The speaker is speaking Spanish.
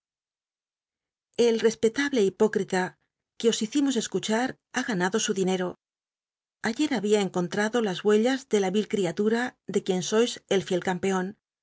bl espetable hipócrit a que os hicimos escuchar ha ganado su dinero ayer babia encontrado las huellas de la vil criatura de quien sois el fiel campean